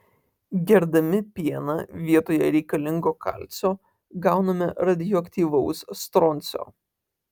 gerdami pieną vietoje reikalingo kalcio gauname radioaktyvaus stroncio